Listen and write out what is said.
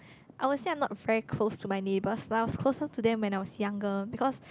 I would say I'm not very close to my neighbours like I was closer to them when I was younger because